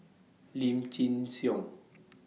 Lim Chin Siong